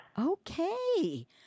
Okay